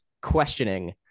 questioning